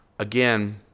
Again